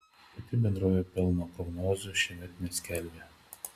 pati bendrovė pelno prognozių šiemet neskelbė